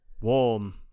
warm